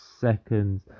Seconds